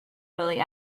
really